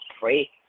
pray